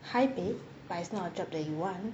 high pay but it's not a job that you want